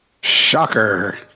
shocker